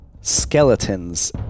skeletons